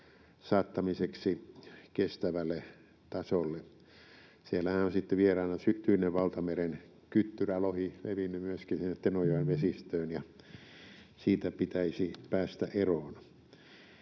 saattamiseksi kestävälle tasolle. Siellähän on sitten vieraana Tyynen valtameren kyttyrälohi, joka on levinnyt myöskin sinne Tenojoen vesistöön, ja siitä pitäisi päästä eroon.